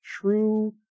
true